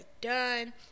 done